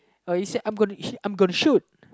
oh you see I'm gon~ I'm gonna shoot